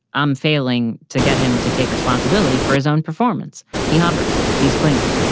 i'm failing to get him to take responsibility for his own performance. he hovers. he's clingy,